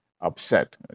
upset